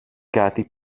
κάτι